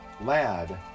lad